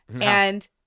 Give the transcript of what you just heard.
And-